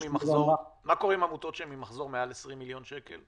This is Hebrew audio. שכאמור --- מה קורה עם עמותות שהן עם מחזור של מעל 20 מיליון שקל?